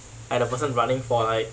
and the person running for like